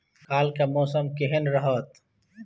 काल के मौसम केहन रहत?